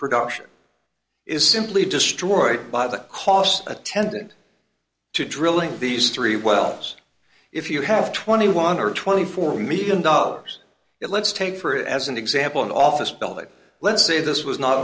production is simply destroyed by the costs attendant to drilling these three wells if you have twenty one or twenty four million dollars it let's take for it as an example an office building let's say this was not